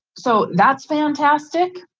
so that's fantastic.